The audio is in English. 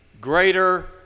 greater